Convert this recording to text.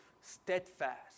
steadfast